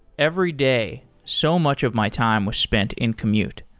every day, so much of my time was spent in commute.